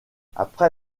après